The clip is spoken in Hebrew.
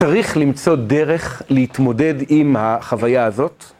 צריך למצוא דרך להתמודד עם החוויה הזאת?